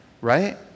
right